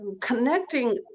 connecting